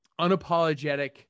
unapologetic